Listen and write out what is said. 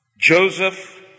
Joseph